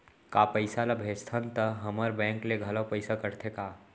का पइसा ला भेजथन त हमर बैंक ले घलो पइसा कटथे का?